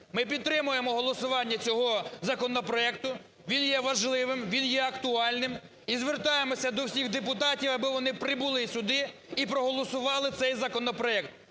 Ми підтримуємо голосування цього законопроекту. Він є важливим, він є актуальним. І звертаємося до всіх депутатів, аби вони прибули сюди і проголосували цей законопроект.